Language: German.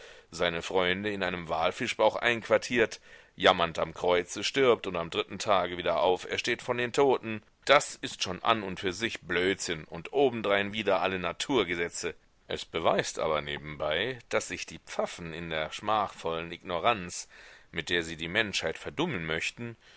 seine freunde in einem walfischbauch einquartiert jammernd am kreuze stirbt und am dritten tage wieder aufersteht von den toten das ist schon an und für sich blödsinn und obendrein wider alle naturgesetze es beweist aber nebenbei daß sich die pfaffen in der schmachvollen ignoranz mit der sie die menschheit verdummen möchten